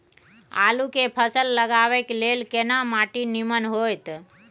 आलू के फसल लगाबय के लेल केना माटी नीमन होयत?